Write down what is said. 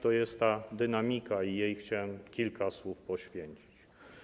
To jest ta dynamika i jej chciałem kilka słów poświęcić.